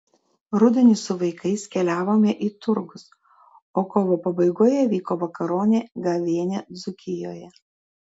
rudenį su vaikais keliavome į turgus o kovo pabaigoje vyko vakaronė gavėnia dzūkijoje